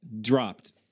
dropped